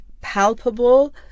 palpable